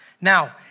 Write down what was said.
Now